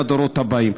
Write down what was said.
לדורות הבאים.